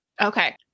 Okay